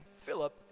Philip